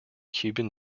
cuban